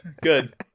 good